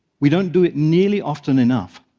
we don't do it nearly often enough.